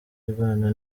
irwana